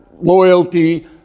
loyalty